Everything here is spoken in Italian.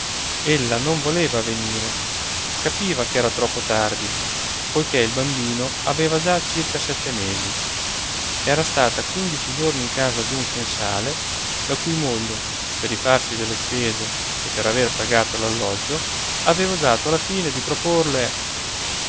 balia ella non voleva venire capiva ch'era troppo tardi poiché il bambino aveva già circa sette mesi era stata quindici giorni in casa d'un sensale la cui moglie per rifarsi delle spese e per aver pagato l'alloggio aveva osato alla fine di proporle